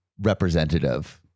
representative